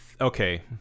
Okay